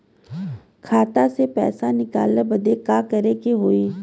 खाता से पैसा निकाले बदे का करे के होई?